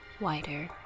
wider